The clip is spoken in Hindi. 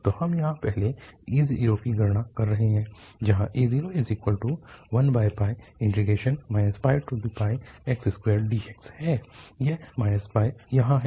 तो हम यहाँ पहले a0 की गणना कर रहे हैं जहाँ a01 πx2dx है यह यहाँ है